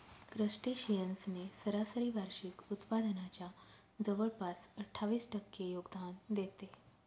crustaceans ने सरासरी वार्षिक उत्पादनाच्या जवळपास अठ्ठावीस टक्के योगदान देते